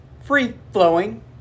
free-flowing